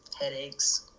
Headaches